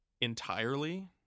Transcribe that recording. entirely